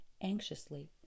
anxiously